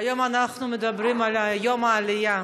היום אנחנו מדברים על יום העלייה.